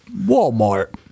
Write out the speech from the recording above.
walmart